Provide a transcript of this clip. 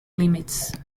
limits